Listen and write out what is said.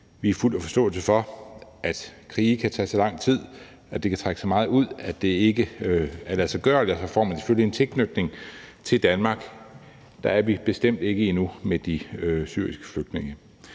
Vi er fuld af forståelse for, at krige kan tage så lang tid, at det kan trække så meget ud, at det ikke er ladsiggørligt, og så får man selvfølgelig en tilknytning til Danmark. Der er vi bestemt ikke endnu i forhold til de syriske flygtninge.